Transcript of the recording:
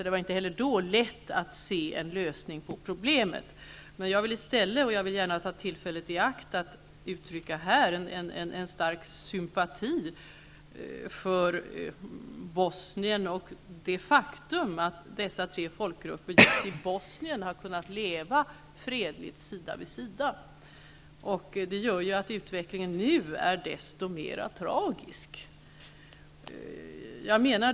Det var inte heller då lätt att se en lösning på problemen. Jag vill gärna ta tillfället i akt att här uttrycka en stark sympati för Bosnien och det faktum att dessa tre folkgrupper just i Bosnien har kunnat leva fredligt sida vid sida. Det gör att utvecklingen nu är desto mer tragisk.